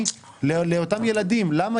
למעשה